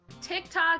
TikTok